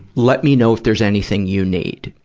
let me know if there is anything you need.